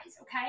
Okay